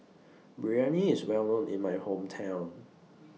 Biryani IS Well known in My Hometown